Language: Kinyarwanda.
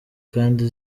kandi